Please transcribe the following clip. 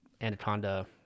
Anaconda